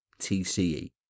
tce